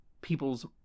people's